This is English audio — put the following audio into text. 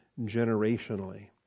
generationally